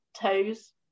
toes